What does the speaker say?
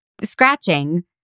scratching